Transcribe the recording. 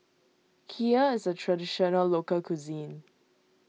Kheer is a Traditional Local Cuisine